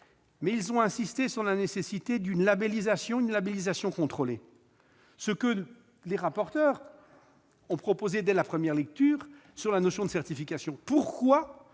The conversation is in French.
Mais ils ont insisté sur la nécessité d'une labellisation contrôlée. C'est ce que les rapporteurs ont proposé en première lecture sur la notion de certification. Pourquoi